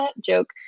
joke